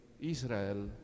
Israel